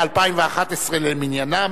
2011 למניינם.